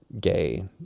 gay